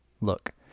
Look